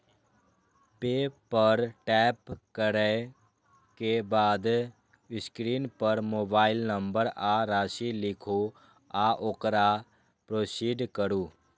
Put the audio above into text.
पे पर टैप करै के बाद स्क्रीन पर मोबाइल नंबर आ राशि लिखू आ ओकरा प्रोसीड करू